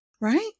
right